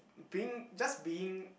being just being